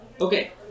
Okay